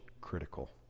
critical